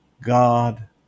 God